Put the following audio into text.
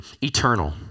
eternal